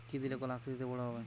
কি দিলে কলা আকৃতিতে বড় হবে?